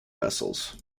vessels